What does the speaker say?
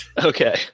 Okay